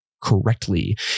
correctly